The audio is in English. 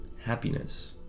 happiness